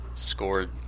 Scored